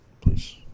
Please